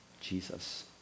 Jesus